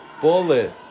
Bullet